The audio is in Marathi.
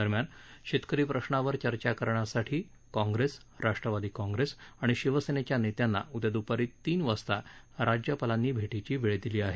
दरम्यान शेतकरी प्रश्नावर चर्चा करण्यासाठी काँप्रेस राष्ट्रवादी काँप्रेस आणि शिवसेनेच्या नेत्यांना उद्या दुपारी तीन वाजता राज्यपालांनी भेटीची वेळ दिली आहे